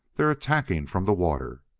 they're attacking from the water!